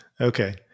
Okay